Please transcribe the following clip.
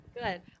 Good